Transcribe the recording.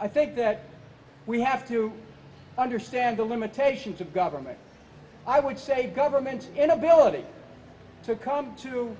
i think that we have to understand the limitations of government i would say the government's inability to come to